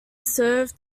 served